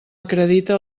acredita